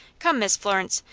come, miss florence,